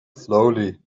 slowly